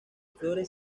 flores